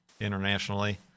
internationally